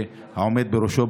והעומד בראשו,